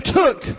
took